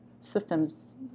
systems